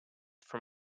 from